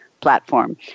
platform